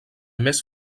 més